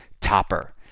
topper